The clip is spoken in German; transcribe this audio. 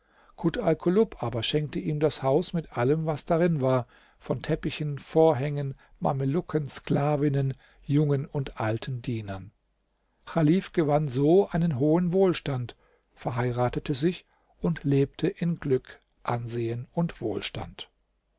kut alkulub aber schenkte ihm das haus mit allem was drin war von teppichen vorhängen mamelucken sklavinnen jungen und alten dienern chalif gewann so einen hohen wohlstand verheiratete sich und lebte in glück ansehen und wohlstand